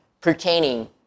pertaining